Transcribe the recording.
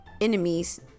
enemies